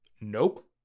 nope